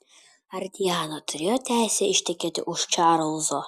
ar diana turėjo teisę ištekėti už čarlzo